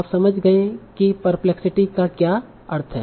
आप समझ गए कि परप्लेक्सिटी का क्या अर्थ है